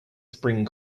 spring